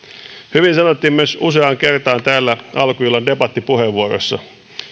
hyvin sanottiin myös useaan kertaan täällä alkuillan debattipuheenvuoroissa